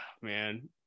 man